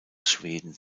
schweden